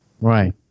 Right